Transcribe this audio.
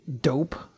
dope